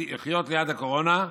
לחיות ליד הקורונה,